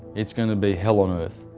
it's going to be hell on earth.